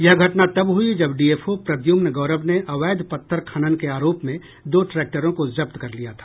यह घटना तब हई जब डीएफ ओ प्रद्य्म्न गौरव ने अवैध पत्थर खनन के आरोप में दो ट्रैक्टरों को जब्त कर लिया था